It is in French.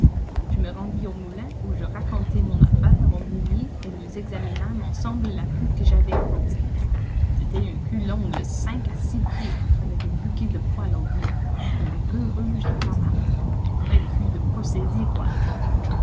je me rendis au moulin où je racontai mon affaire au meunier et nous examinâmes ensemble la queue que j'avais apportée c'était une queue longue de cinq à six pieds avec un bouquet de poil au bout mais une queue rouge écarlate une vraie queue de possédée quoi